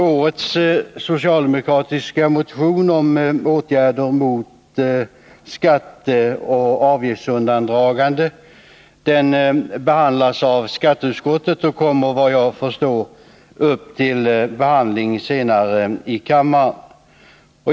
Årets socialdemokratiska motion om åtgärder mot skatteoch avgiftsundandragande behandlas dock av skatteutskottet och kommer senare upp till behandling i kammaren.